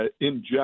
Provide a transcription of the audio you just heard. inject